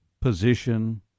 position